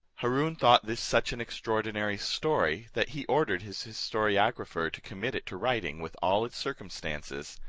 haroon thought this such an extraordinary story, that he ordered his historiographer to commit it to writing with all its circumstances.